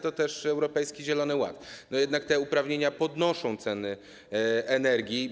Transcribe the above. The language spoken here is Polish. Druga to Europejski Zielony Ład, bo jednak te uprawnienia podnoszą ceny energii.